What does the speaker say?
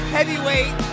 Heavyweight